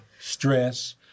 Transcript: stress